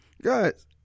Guys